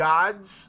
God's